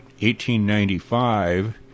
1895